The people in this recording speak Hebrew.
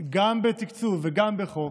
גם בתקצוב וגם בחוק.